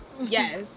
Yes